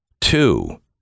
Two